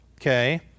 okay